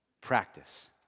Practice